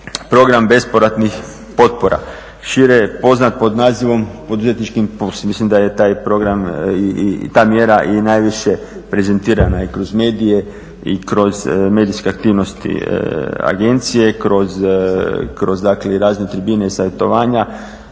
program bespovratnih potpora. Šire je poznat pod nazivom Poduzetnički impuls. Mislim da je taj program i ta mjera i najviše prezentirana i kroz medije i kroz medijske aktivnosti agencije, kroz dakle i razne tribine i savjetovanja.